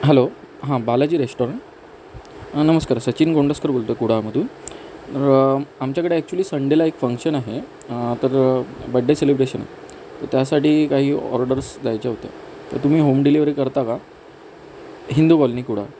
hello हां Balaji restaurant नमस्कार सचिन गोंडस्कर बोलतो आहे कुडाळमधून र आमच्याकडे ॲक्चुअली संडेला एक फंक्शन आहे तर बड्डे सेलिब्रेशन तर त्यासाठी काही ऑर्डर्स द्यायच्या होत्या तर तुम्ही होम डिलीवरी करता का हिंदू कॉलनी कुडाळ